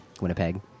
Winnipeg